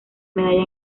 medalla